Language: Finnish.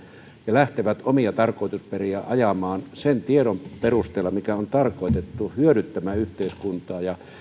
ja lähtevät omia tarkoitusperiä ajamaan sen tiedon perusteella mikä on tarkoitettu hyödyttämään yhteiskuntaa ja